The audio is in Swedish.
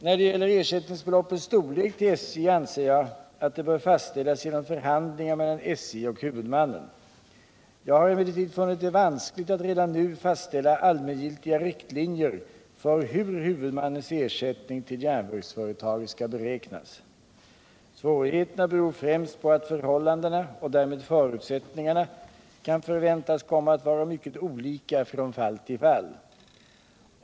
När det gäller ersättningsbeloppets storlek till SJ anser jag att det bör fastställas genom förhandlingar mellan SJ och huvudmannen. Jag har emellertid funnit det vanskligt att redan nu fastställa allmängiltiga riktlinjer för hur huvudmannens ersättning till järnvägsföretaget skall beräknas. Svårigheterna beror främst på att förhållandena och därmed förutsättningarna kan förväntas komma att vara mycket olika från fall till fall.